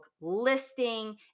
listing